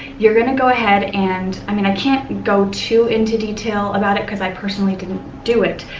you're going to go ahead and, i mean i can't go too into detail about it because i personally didn't do it,